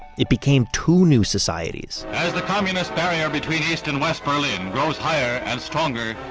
it became two new societies as the communist barrier between east and west berlin grows higher and stronger,